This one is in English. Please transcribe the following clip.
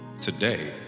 Today